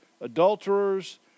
adulterers